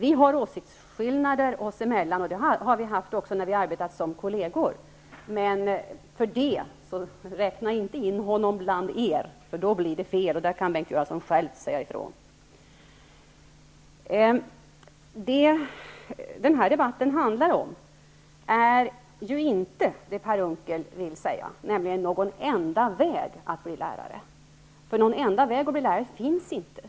jag, har åsiktsskillnader oss emellan -- det hade vi även när vi arbetade som kolleger -- men räkna för den skull inte in honom bland er. Det är helt fel och på den punkten skulle Bengt Göransson själv kunna säga ifrån. Den här debatten handlar ju inte om någon enda väg att bli lärare, såsom Per Unckel säger. Någon enda väg att bli lärare finns inte.